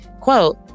Quote